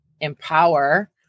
empower